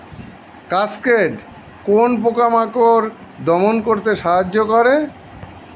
Cascade কোন পোকা মাকড় দমন করতে সাহায্য করে?